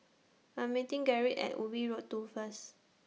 I'm meeting Gerrit At Ubi Road two First